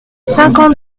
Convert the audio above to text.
cinquante